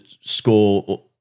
score